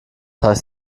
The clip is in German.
heißt